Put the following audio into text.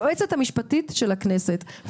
היועצת המשפטית של הכנסת,